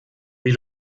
wie